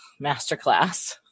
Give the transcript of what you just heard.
masterclass